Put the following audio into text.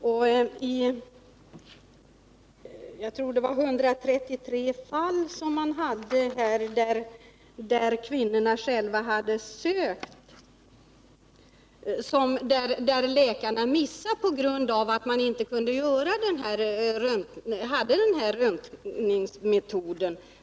I jag tror det var 133 fall där kvinnorna själva sökt för misstänkt cancer har läkarna missat att ställa diagnos på grund av att de inte haft tillgång till denna röntgenmetod.